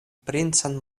princan